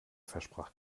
versprach